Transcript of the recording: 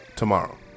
Tomorrow